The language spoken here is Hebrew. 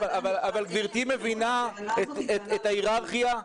אבל גברתי מבינה את ההיררכיה?